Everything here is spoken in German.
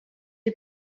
die